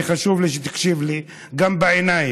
אני, חשוב לי שתקשיב לי גם בעיניים.